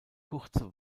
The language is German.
kurze